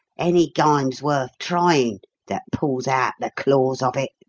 any gime's worth tryin' that pulls out the claws of it.